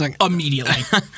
Immediately